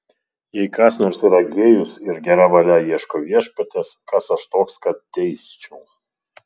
jei kas nors yra gėjus ir gera valia ieško viešpaties kas aš toks kad teisčiau